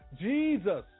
Jesus